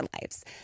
lives